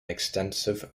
extensive